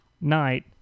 knight